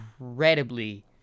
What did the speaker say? incredibly